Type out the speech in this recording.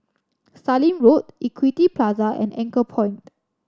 Sallim Road Equity Plaza and Anchorpoint